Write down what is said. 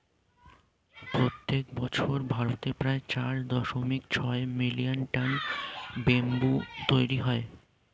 প্রত্যেক বছর ভারতে প্রায় চার দশমিক ছয় মিলিয়ন টন ব্যাম্বু তৈরী হয়